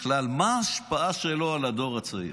מה ההשפעה שלו על הדור הצעיר.